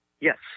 Yes